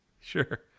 sure